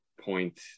point